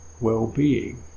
well-being